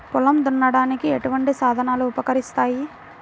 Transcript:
పొలం దున్నడానికి ఎటువంటి సాధనాలు ఉపకరిస్తాయి?